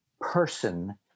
person